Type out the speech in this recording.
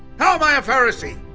how am i a pharisee?